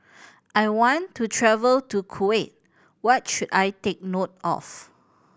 I want to travel to Kuwait what should I take note of